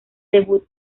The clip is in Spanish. debut